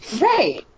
right